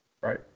Right